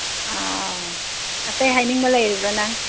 ꯑꯥꯎ ꯑꯇꯩ ꯍꯥꯏꯅꯤꯡꯕ ꯂꯩꯔꯤꯕ꯭ꯔꯥ ꯅꯪ